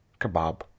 Kebab